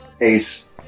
ace